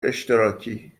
اشتراکی